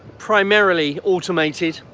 primarily automated,